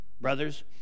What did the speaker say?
Brothers